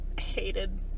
hated